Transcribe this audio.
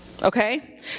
Okay